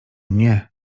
nie